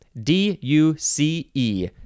D-U-C-E